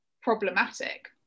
problematic